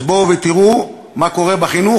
אז בואו ותראו מה קורה בחינוך,